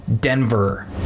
denver